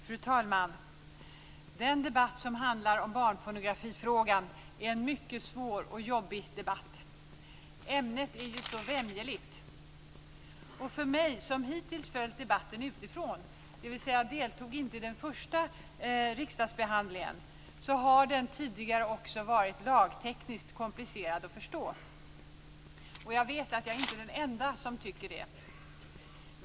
Fru talman! Den debatt som handlar om barnpornografifrågan är mycket svår och jobbig. Ämnet är ju så vämjeligt. För mig som hittills följt debatten utifrån - jag deltog inte i den första riksdagsbehandlingen - har den tidigare debatten varit lagtekniskt komplicerad och svår att förstå. Jag vet att jag inte är den enda som tycker det.